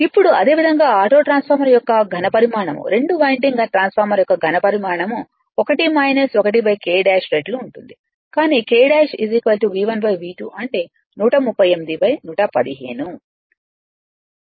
ఇప్పుడు అదేవిధంగా auto transformer యొక్క ఘనపరిణామం రెండు వైండింగ్ ట్రాన్స్ఫార్మర్ యొక్క ఘనపరిణామం 1 1 K' రెట్లు ఉంటుంది కానీ K' V1 V2 అంటే 138 115